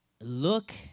look